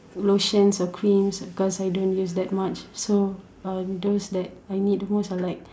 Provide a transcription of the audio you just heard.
lotions or creams because I don't use that much so um those that I need most are like